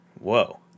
whoa